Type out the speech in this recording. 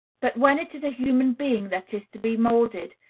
but, when it is a human being that is to be moulded,